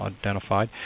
identified